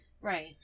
right